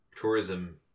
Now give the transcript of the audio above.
tourism